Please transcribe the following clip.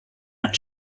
and